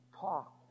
talk